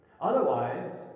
Otherwise